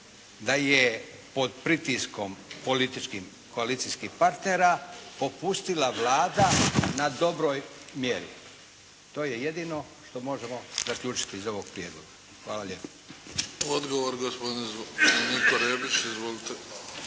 da je pod pritiskom političkim koalicijskih partnera popustila Vlada na dobroj mjeri. To je jedino što možemo zaključiti iz ovog prijedloga. Hvala lijepo. **Bebić, Luka (HDZ)** Odgovor gospodin Niko Rebić. Izvolite.